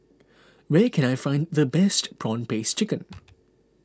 where can I find the best Prawn Paste Chicken